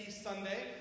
Sunday